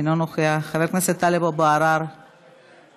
אינו נוכח, חבר הכנסת טלב אבו עראר, רגע.